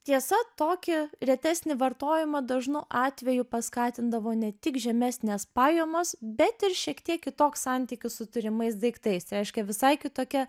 tiesa tokį retesnį vartojimą dažnu atveju paskatindavo ne tik žemesnės pajamos bet ir šiek tiek kitoks santykis su turimais daiktais tai reiškia visai kitokia